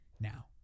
Now